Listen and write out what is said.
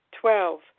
Twelve